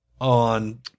on